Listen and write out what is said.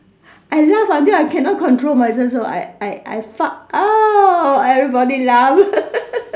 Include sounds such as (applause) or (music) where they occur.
I laugh until I cannot control myself so so I fart then (noise) then everybody laugh (laughs)